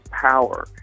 power